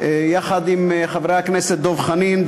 שלי יחד עם חברי הכנסת דב חנין,